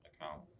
account